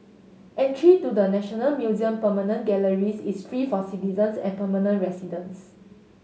entry to the National Museum permanent galleries is free for citizens and permanent residents